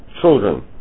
children